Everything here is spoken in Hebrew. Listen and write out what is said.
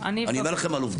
אני אומר לכם על עובדות.